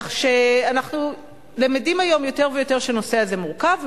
כך שאנחנו למדים היום יותר ויותר שהנושא הזה מורכב,